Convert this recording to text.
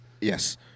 Yes